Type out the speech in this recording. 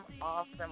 awesome